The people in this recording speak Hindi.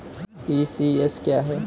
ई.सी.एस क्या है?